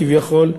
כביכול,